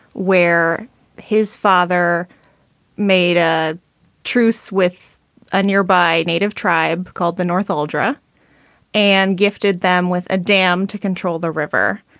where his father made a truce with a nearby native tribe called the north pole dra and gifted them with a dam to control the river.